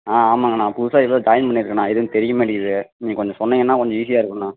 ஆ ஆமாங்கண்ணா புதுசாக ஏதோ ஜாயின் பண்ணிருக்கேண்ணா எதுவும் தெரிய மாட்டீங்குது நீங்கள் கொஞ்சம் சொன்னீங்கன்னால் கொஞ்சம் ஈஸியாக இருக்குண்ணா